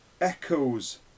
echoes